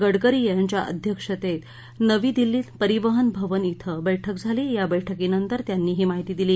गडकरी यांच्या अध्यक्षतेत नवी दिल्लीत परिवहन भवन िक्रि बैठक झाली या बैठकीनंतर त्यांनी ही माहिती दिली